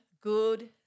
good